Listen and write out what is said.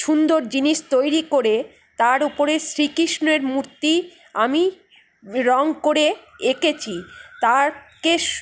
সুন্দর জিনিস তৈরি করে তার উপরে শ্রী কৃষ্ণের মূর্তি আমি রং করে এঁকেছি তার কে